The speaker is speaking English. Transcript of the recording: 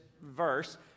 verse